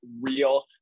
real